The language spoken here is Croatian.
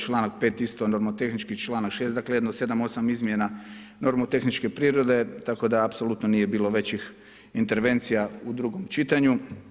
Članak 5. isto nomotehnički, čl. 6. isto, dakle, jedno 7, 8 izmjena nomotehničke prirode tako da apsolutno nije bilo većih intervencija u drugom čitanju.